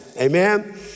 amen